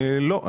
לא,